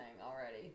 already